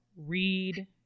read